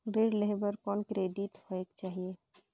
ऋण लेहे बर कौन क्रेडिट होयक चाही?